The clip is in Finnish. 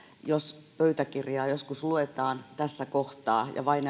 jos pöytäkirjaa joskus luetaan tässä kohtaa ja vain